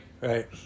Right